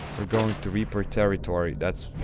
going to reaper territory. that's.